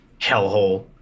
hellhole